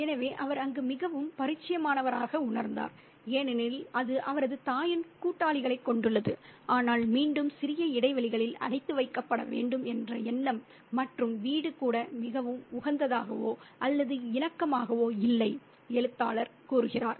எனவே அவர் அங்கு மிகவும் பரிச்சயமானவராக உணர்ந்தார் ஏனெனில் அது அவரது தாயின் கூட்டாளிகளைக் கொண்டுள்ளது ஆனால் மீண்டும் சிறிய இடைவெளிகளில் அடைத்து வைக்கப்பட வேண்டும் என்ற எண்ணம் மற்றும் வீடு கூட மிகவும் உகந்ததாகவோ அல்லது இணக்கமாகவோ இல்லை எழுத்தாளர் கூறுகிறார்